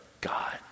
God